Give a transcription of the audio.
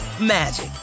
magic